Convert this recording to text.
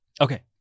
Okay